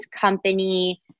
company